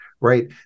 right